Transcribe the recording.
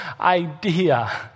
idea